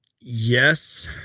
Yes